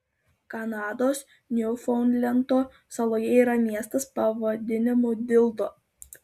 kanados niufaundlendo saloje yra miestas pavadinimu dildo